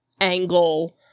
angle